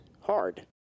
hard